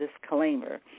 disclaimer